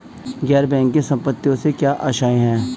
गैर बैंकिंग संपत्तियों से क्या आशय है?